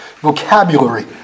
vocabulary